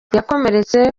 yakomeretse